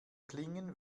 klingen